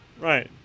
Right